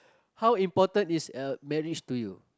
how important is a marriage to you